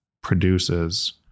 produces